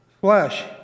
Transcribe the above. flesh